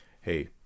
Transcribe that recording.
Hey